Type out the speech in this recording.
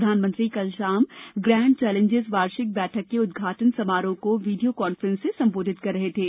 प्रधानमंत्री कल शाम ग्रैंड चैलेंजेस वार्षिक बैठक के उद्घाटन समारोह को वीडियो कांफ्रेंस से संबोधित कर रहे थे